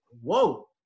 whoa